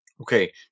Okay